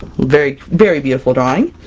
very, very beautiful drawing!